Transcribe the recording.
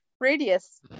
radius